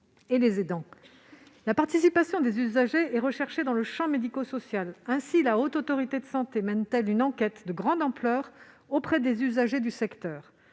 et aidants. La participation des usagers est recherchée dans le champ médico-social. Ainsi la Haute Autorité de santé mène-t-elle une enquête de grande ampleur auprès des usagers du secteur.